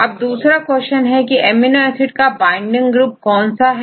अब दूसरा क्वेश्चन है की एमिनो एसिड का बाइंडिंग ग्रुप कौन सा है